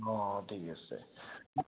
অঁ অঁ ঠিকে আছে